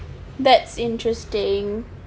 that's interesting